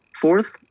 fourth